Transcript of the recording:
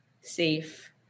safe